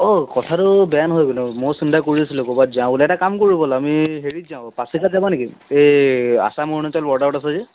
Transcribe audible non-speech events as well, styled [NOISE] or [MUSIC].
অঁ কথাটো বেয়া নহয় [UNINTELLIGIBLE] মইও চিন্তা কৰি আছিলোঁ ক'ৰবাত যাওঁ বুলি এটা কাম কৰো ব'ল আমি হেৰিত যাওঁ পাছিঘাট যাব নেকি এই আসাম অৰুণাচল বৰ্ডাৰত আছে যে